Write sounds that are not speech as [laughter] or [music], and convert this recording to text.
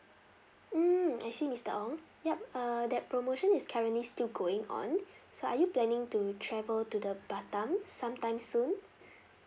mm I see mister ong yup uh that promotion is currently still going on so are you planning to travel to the batam sometime soon [breath]